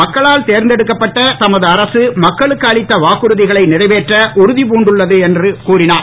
மக்களால் தேர்ந்தெடுக்கப்பட்ட தமது அரசு மக்களுக்கு அளித்த வாக்குறுதிகளை நிறைவேற்ற உறுதிபூண்டுள்ளது என கூறினார்